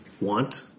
want